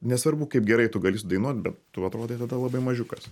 nesvarbu kaip gerai tu gali sudainuot bet tu atrodai tada labai mažiukas